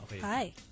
hi